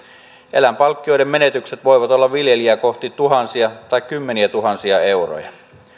eläinpalkkioiden menetykset voivat olla viljelijää kohti tuhansia tai kymmeniätuhansia euroja